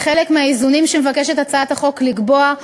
כחלק מהאיזונים שמבקשת הצעת החוק לקבוע,